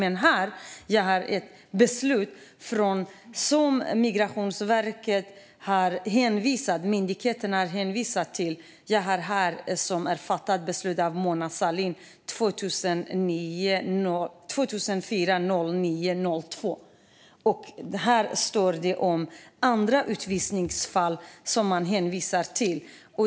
Men här har jag ett beslut som är fattat av Mona Sahlin den 2 september 2004 och som Migrationsverket har hänvisat till. Här står det om andra utvisningsfall som man hänvisar till.